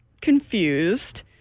confused